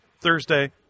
Thursday